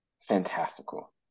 fantastical